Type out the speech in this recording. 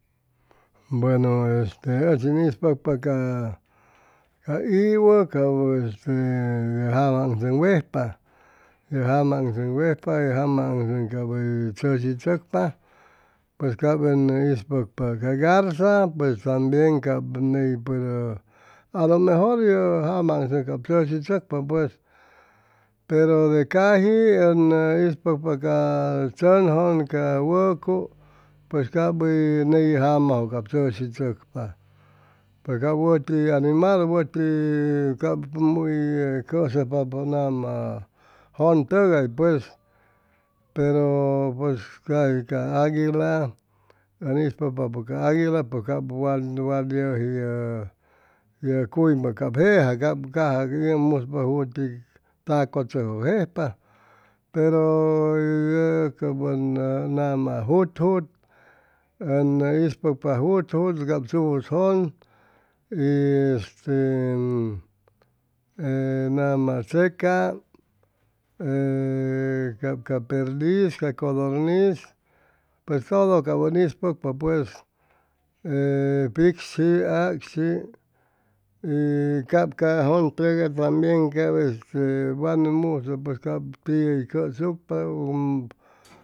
Bueno este ʉchi ʉn ispʉcpa ca iwʉ ca este jama aŋzʉŋ wejpa ye jama aŋsʉŋ cap hʉy tzʉshi tzʉcpa pues cap ni ispʉcpa pues ca garza pues tambien cap ney puede alomejor ye jama aŋzaŋ cap tzʉshi tzʉcpa pues pero de caji ʉn ispʉcpa ca chʉnjʉn ca wʉcu pues cap ney ye jama cap tzʉshi tzʉcpa pe ca wʉti animal wʉti cap muy cʉsʉjpapʉ nama jʉn tʉgay pues pero pues caji ca aguila ʉn ispʉcpapʉ ca aguila cap wat yʉji ye cuymʉ cap jeja cap caja ig musp juti tza cʉchʉcjʉ jejpa pero cap ʉn nama jutjut ʉn ispʉcpa jutjut cap tzujus jʉn y este e nama e cap ca perdis ca codornis pues todo cap ʉn ispʉcpa pues e picshi, acshi y cap ca jʉn tʉgay tambien cap este wan musʉ cap tiʉ cʉsucpa uu